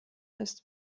ist